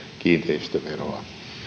kiinteistöveroa